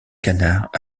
canard